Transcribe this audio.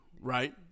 Right